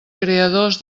creadors